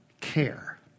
care